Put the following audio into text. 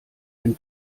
ein